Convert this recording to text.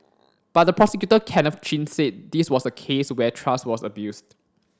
but the prosecutor Kenneth Chin said this was a case where trust was abused